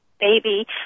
baby